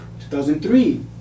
2003